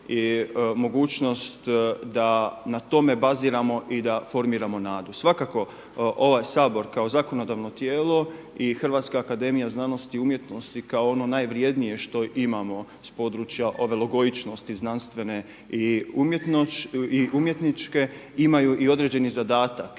i mogućnost da na tome baziramo i da formiramo nadu. Svakako ovaj Sabor kao zakonodavno tijelo i Hrvatska akademija znanosti i umjetnosti kao ono najvrjednije što imamo s područja ove logoičnosti znanstvene i umjetničke, imaju i određeni zadatak